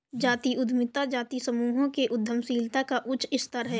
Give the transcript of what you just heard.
जातीय उद्यमिता जातीय समूहों के उद्यमशीलता का उच्च स्तर है